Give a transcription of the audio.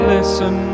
Listen